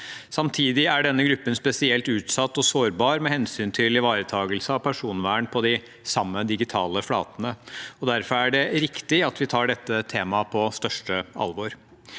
Samtidig er denne gruppen spesielt utsatt og sårbar med hensyn til ivaretakelse av personvern på de samme digitale flatene. Derfor er det riktig at vi tar dette temaet på største alvor.